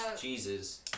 Jesus